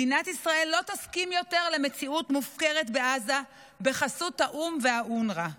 מדינת ישראל לא תסכים יותר למציאות מופקרת בעזה בחסות האו"ם ואונר"א.